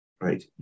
right